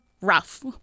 rough